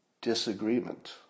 disagreement